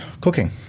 cooking